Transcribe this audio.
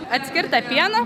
atskirtą pieną